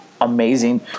amazing